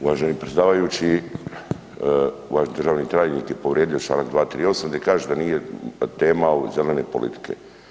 Uvaženi predsjedavajući, uvaženi državni tajnik je povrijedio čl. 238. gdje kaže da nije tema ove zelene politike.